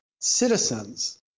citizens